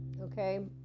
Okay